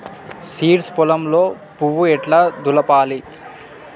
Seeds పొలంలో పువ్వు ఎట్లా దులపాలి?